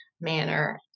manner